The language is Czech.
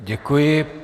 Děkuji.